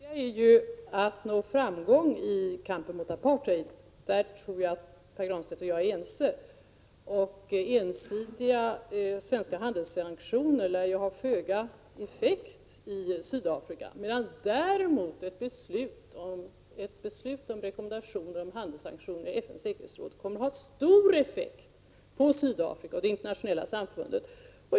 Herr talman! Det viktiga är ju att nå framgång i kampen mot apartheid — på den punkten är Pär Granstedt och jag ense. Ensidiga svenska handelssanktioner lär ha föga effekt på Sydafrika, medan däremot ett beslut om rekommendationer om handelssanktioner i FN:s säkerhetsråd kommer att ha stor effekt på Sydafrika och på det internationella samfundet.